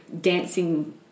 dancing